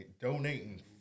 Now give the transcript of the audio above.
donating